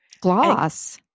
Gloss